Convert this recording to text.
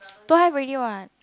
don't have already what